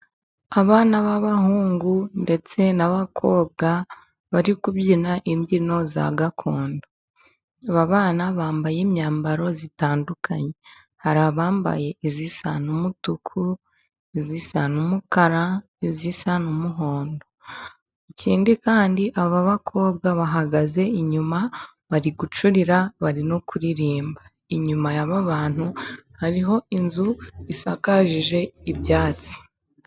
Abana b'abahungu ndetse n'abakobwa bari kubyina imbyino za gakondo. Aba bana bambaye imyambaro itandukanye; hari abambaye iyisa n'umutuku, iyisa n'umukara, iyisa n'umuhondo. Ikindi kandi aba bakobwa bahagaze inyuma bari gucurira bari no kuririmba. Inyuma ya ba bantu hariho inzu isakaje ibyatsi.